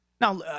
Now